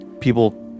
people